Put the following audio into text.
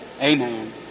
Amen